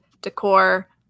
decor